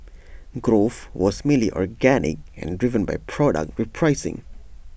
growth was mainly organic and driven by product repricing